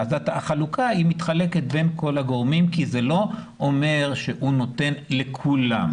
אז החלוקה מתחלקת בין כל הגורמים כי זה לא אומר שהוא נותן לכולם.